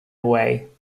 away